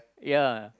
ya